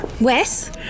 Wes